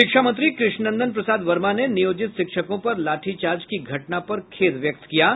शिक्षा मंत्री कृष्णनंदन प्रसाद वर्मा ने नियोजित शिक्षकों पर लाठीचार्ज की घटना पर खेद व्यक्त किया है